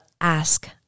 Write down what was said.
Ask